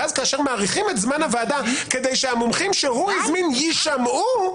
ואז כאשר מאריכים את זמן הוועדה כדי שהמומחים שהוא הזמין יישמעו,